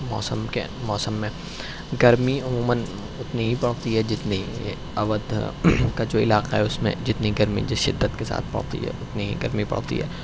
موسم کے موسم میں گرمی عموماََ اتنی ہی پڑتی ہے جتنی اودھ کا جو علاقہ ہے اس میں جتنی گرمی جس شدت کے ساتھ پڑتی ہے اتنی ہی گرمی پڑتی ہے